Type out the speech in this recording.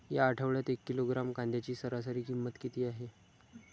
या आठवड्यात एक किलोग्रॅम कांद्याची सरासरी किंमत किती आहे?